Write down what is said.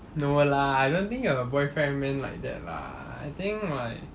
no lah I don't think your boyfriend meant like that lah I think like